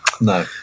No